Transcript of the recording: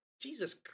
Jesus